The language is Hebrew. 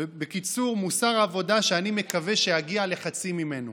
בקיצור, מוסר עבודה שאני מקווה שאגיע לחצי ממנו.